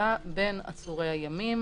הפרדה בין עצורי הימים